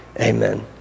Amen